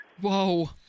whoa